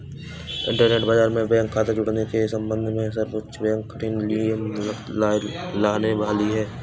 internet बाज़ार पर bank खता जुड़ने के सम्बन्ध में सर्वोच्च बैंक कठिन नियम लाने वाली है